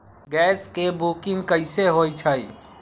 Gas के booking कैसे होईछई?